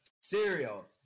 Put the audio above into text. Cereal